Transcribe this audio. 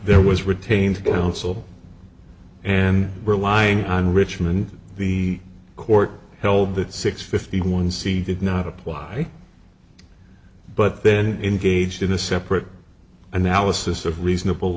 there was retained counsel and relying on richmond the court held that six fifty one c did not apply but then engaged in a separate analysis of reasonable